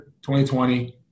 2020